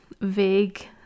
vague